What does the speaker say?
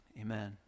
amen